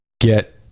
get